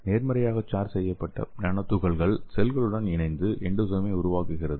நேர்மறையாக சார்ஜ் செய்யப்பட்ட நானோ துகள்கள் செல்களுடன் இணைந்து எண்டோசோமை உருவாக்குகிறது